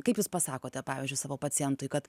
kaip jūs pasakote pavyzdžiui savo pacientui kad